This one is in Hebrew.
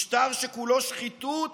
משטר שכולו שחיתות